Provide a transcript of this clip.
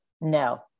No